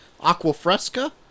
Aquafresca